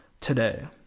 today